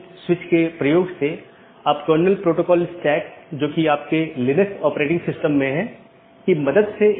उदाहरण के लिए एक BGP डिवाइस को इस प्रकार कॉन्फ़िगर किया जा सकता है कि एक मल्टी होम एक पारगमन अधिकार के रूप में कार्य करने से इनकार कर सके